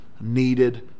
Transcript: needed